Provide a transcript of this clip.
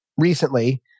recently